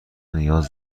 نیاز